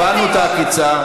הבנו את העקיצה.